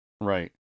right